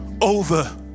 over